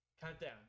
countdown